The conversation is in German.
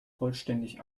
vollständig